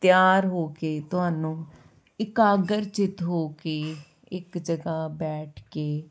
ਤਿਆਰ ਹੋ ਕੇ ਤੁਹਾਨੂੰ ਇਕਾਗਰ ਚਿੱਤ ਹੋ ਕੇ ਇਕ ਜਗ੍ਹਾ ਬੈਠ ਕੇ